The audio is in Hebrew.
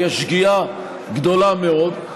זו תהיה שגיאה גדולה מאוד.